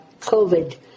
COVID